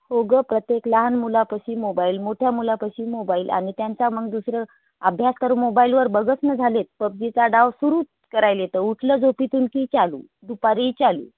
हो गं प्रत्येक लहान मुलापशी मोबाईल मोठ्या मुलापाशी मोबाईल आणि त्यांचा मग दुसरं अभ्यास तर मोबाईलवर बघत नाही झाले आहेत पबजीचा डाव सुरू करायलेत उठलं झोपेतून की चालू दुपारी चालू